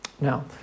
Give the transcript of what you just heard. Now